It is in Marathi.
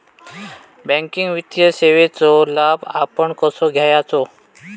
बँकिंग वित्तीय सेवाचो लाभ आपण कसो घेयाचो?